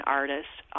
artists